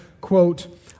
quote